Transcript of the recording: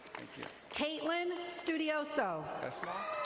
yeah caitlyn studioso. esma